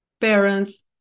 parents